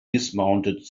dismounted